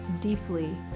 deeply